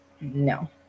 No